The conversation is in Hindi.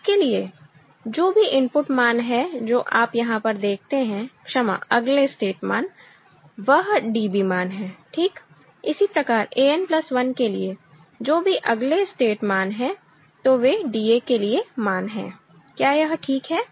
जिसके लिए जो भी इनपुट मान है जो आप यहां पर देखते हैं क्षमा अगले स्टेट मान वह DB मान हैं ठीक इसी प्रकार An प्लस 1 के लिए जो भी अगले स्टेट मान हैं तो वे DA के लिए मान हैं क्या यह ठीक है